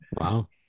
Wow